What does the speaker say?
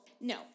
no